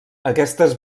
aquestes